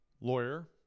lawyer